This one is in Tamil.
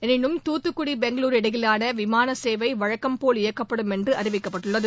எனினும் துத்துக்குடி பெங்களூரு இடையிலாள விமான சேவை வழக்கம்போல் இயக்கப்படும் என்று அறிவிக்கப்பட்டுள்ளது